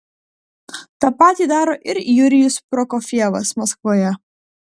tą patį daro ir jurijus prokofjevas maskvoje